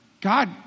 God